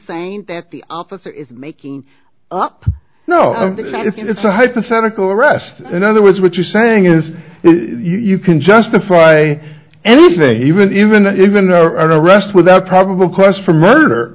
saying that the opposite making up no it's a hypothetical arrest in other words what you're saying is you can justify anything even even even arrest without probable cause for murder